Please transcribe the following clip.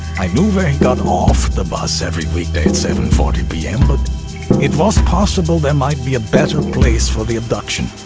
i knew where he got off the bus every weekday at seven forty pm, but it was possible there might be a better place for the abduction.